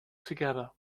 together